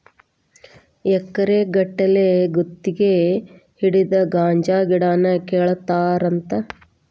ಎಕರೆ ಗಟ್ಟಲೆ ಗುತಗಿ ಹಿಡದ ಗಾಂಜಾ ಗಿಡಾನ ಕೇಳತಾರಂತ